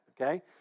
Okay